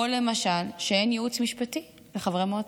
או למשל אין ייעוץ משפטי לחברי מועצה.